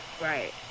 Right